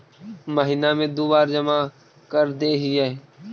महिना मे दु बार जमा करदेहिय?